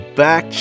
back